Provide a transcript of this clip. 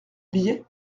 billet